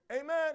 Amen